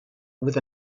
with